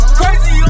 crazy